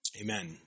amen